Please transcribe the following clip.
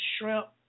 shrimp